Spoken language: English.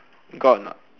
got or not